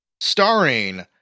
starring